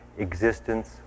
Existence